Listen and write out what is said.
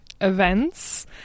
events